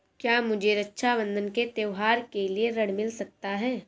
क्या मुझे रक्षाबंधन के त्योहार के लिए ऋण मिल सकता है?